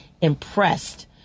impressed